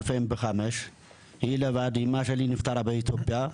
אחותי נשארה לבד, אמא שלי נפטרה באתיופיה,